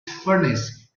furnace